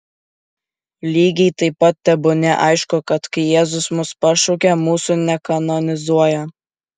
lygiai taip pat tebūnie aišku kad kai jėzus mus pašaukia mūsų nekanonizuoja